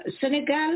Senegal